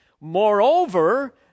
Moreover